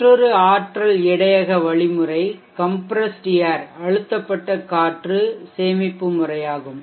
மற்றொரு ஆற்றல் இடையக வழிமுறை கம்ப்ரஷ்டு ஏர் அழுத்தப்பட்ட காற்று சேமிப்பு முறையாகும்